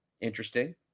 Interesting